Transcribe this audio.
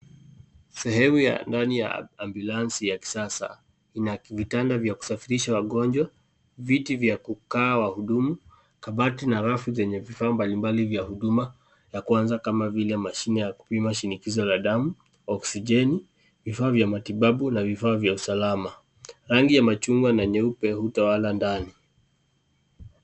Sehemu ya ndani ya ambulance ya kisasa ina vitanda vya kusafirisha wagonjwa, viti vya kukaa wahudumu, kabati na rafu zenye vifaa mbalimbali vya huduma ya kwanza kama vile mashine ya kupima shinikizo la damu, oksijeni, vifaa vya matibabu na vifaa vya usalama. Rangi ya machungwa na nyeupe utawala ndani.